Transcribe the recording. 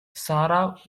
sarah